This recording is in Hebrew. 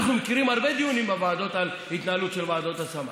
אנחנו מכירים הרבה דיונים בוועדות על התנהלות של ועדות השמה.